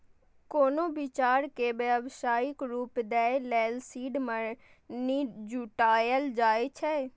कोनो विचार कें व्यावसायिक रूप दै लेल सीड मनी जुटायल जाए छै